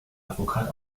advokat